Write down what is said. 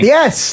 Yes